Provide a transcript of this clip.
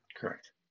Correct